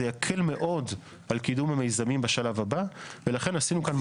זה יקל מאוד על קידום המיזמים בשלב הבא ולכן עשינו כאן